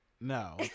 no